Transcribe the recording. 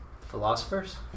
Philosophers